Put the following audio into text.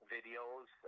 Videos